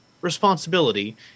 responsibility